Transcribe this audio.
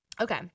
okay